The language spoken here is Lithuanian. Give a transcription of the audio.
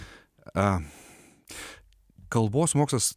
kalbos mokslas